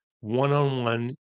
one-on-one